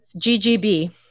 GGB